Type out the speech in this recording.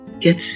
get